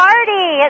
Party